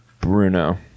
Bruno